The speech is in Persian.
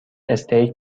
استیک